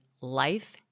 Life